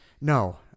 No